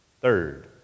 Third